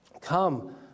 Come